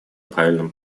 правильном